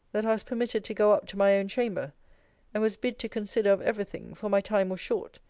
that i was permitted to go up to my own chamber and was bid to consider of every thing for my time was short.